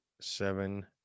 seven